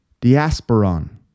diasporon